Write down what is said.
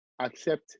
accept